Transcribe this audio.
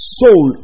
soul